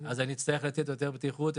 אני אצטרך לתת יותר בטיחות,